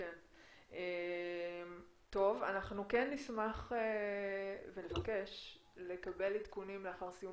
אנחנו נשמח לקבל עדכונים לאחר סיום